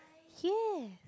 ya